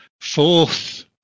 fourth